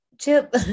Chip